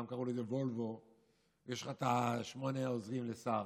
פעם קראו לזה וולוו, יש לך שמונה עוזרים לשר,